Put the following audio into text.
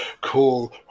Cool